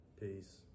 Peace